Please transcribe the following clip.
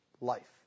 life